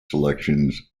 selections